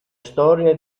storia